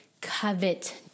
covet